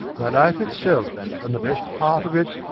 my life it selfe, and the best heart of it,